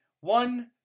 One